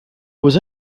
was